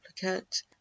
duplicate